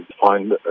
find